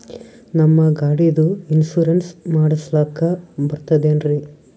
ನಮ್ಮ ಗಾಡಿದು ಇನ್ಸೂರೆನ್ಸ್ ಮಾಡಸ್ಲಾಕ ಬರ್ತದೇನ್ರಿ?